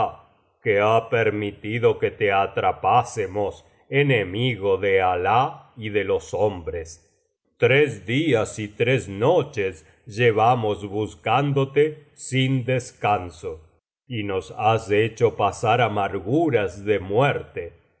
alah que ha permitido que te atrapásemos enemigo de alah y de los hombres tres días y tres noches llevamos buscándote sin descanso y nos has hecho pasar amarguras de muerte